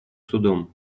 судом